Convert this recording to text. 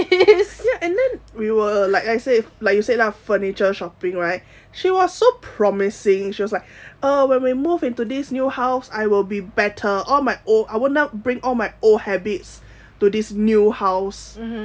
ya and then we were like I say like you said lah furniture shopping right she was so promising she was like uh when we move into this new house I will be better all my old I will not bring all my old habits to this new house